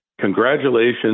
congratulations